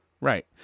right